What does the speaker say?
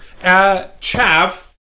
Chav